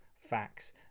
facts